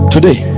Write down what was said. today